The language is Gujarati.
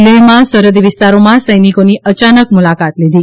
લેહમાં સરહદી વિસ્તારોમાં સૌનિકોની અચાનક મુલાકાત લીધી